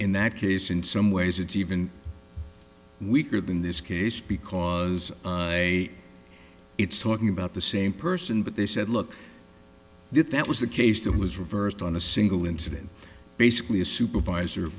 in that case in some ways it's even weaker than this case because it's talking about the same person but they said look that that was the case that was reversed on a single incident basically a supervisor